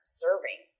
serving